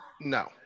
no